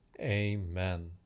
Amen